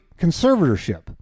conservatorship